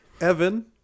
Evan